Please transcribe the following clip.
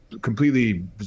completely